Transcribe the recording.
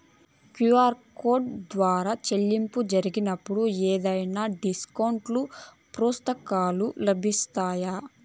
QR code ద్వారా చెల్లింపులు జరిగినప్పుడు ఏవైనా డిస్కౌంట్ లు, ప్రోత్సాహకాలు లభిస్తాయా?